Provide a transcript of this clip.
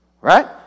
Right